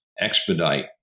expedite